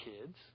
kids